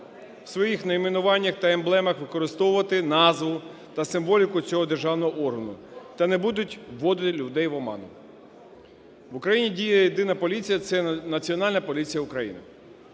в своїх найменуваннях та емблемах використовувати назву та символіку цього державного органу та не будуть вводити людей в оману. В Україні діє єдина поліція – це Національна поліція України.